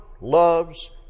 loves